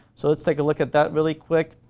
so, let's take a look at that really quick.